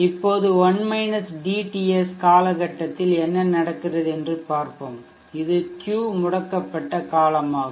இப்போது 1 dTs காலகட்டத்தில் என்ன நடக்கிறது என்று பார்ப்போம் இது Q முடக்கப்பட்ட காலமாகும்